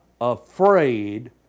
afraid